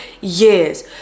years